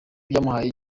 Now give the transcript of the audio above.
byamuhaye